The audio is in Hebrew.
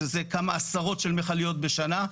שזה כמה עשרות של מכליות בשנה,